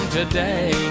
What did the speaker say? today